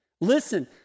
Listen